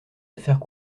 affaires